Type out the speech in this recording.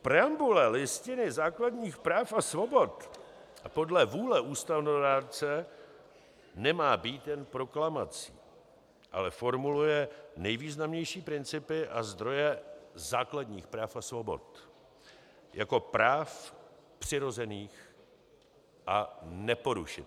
Preambule Listiny základních práv a svobod podle vůle ústavodárce nemá být jen proklamací, ale formuluje nejvýznamnější principy a zdroje základních práv a svobod jako práv přirozených a neporušitelných.